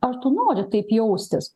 ar tu nori taip jaustis